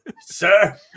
Sir